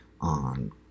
on